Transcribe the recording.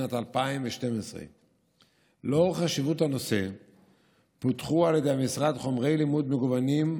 בשנת 2012. לאור חשיבות הנושא פותחו על ידי המשרד חומרי לימוד מגוונים,